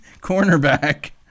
Cornerback